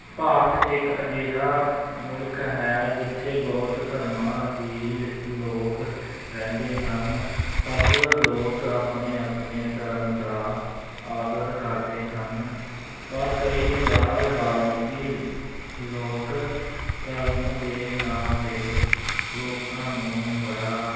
ਭਾਰਤ ਇੱਕ ਅਜਿਹਾ ਮੁਲਕ ਹੈ ਜਿੱਥੇ ਬਹੁਤ ਧਰਮਾਂ ਦੇ ਲੋਕ ਰਹਿੰਦੇ ਹਨ ਸਭ ਲੋਕ ਆਪਣੇ ਆਪਣੇ ਧਰਮ ਦਾ ਆਦਰ ਕਰਦੇ ਹਨ ਪਰ ਕਈ ਵਾਰ ਰਾਜਨੀਤੀ ਲੋਕ ਧਰਮ ਦੇ ਨਾਂ 'ਤੇ ਲੋਕਾਂ ਨੂੰ ਬੜਾ